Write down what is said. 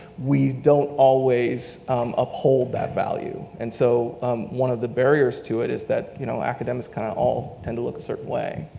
we don't always uphold that value, and so one of the barriers to it is that you know, academics kind of all tend to look a certain way,